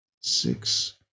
six